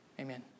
Amen